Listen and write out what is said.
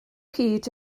hyd